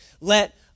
Let